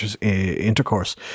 intercourse